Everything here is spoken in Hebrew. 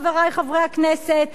חברי חברי הכנסת,